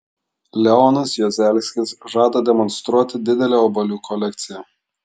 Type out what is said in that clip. leonas juozelskis žada demonstruoti didelę obuolių kolekciją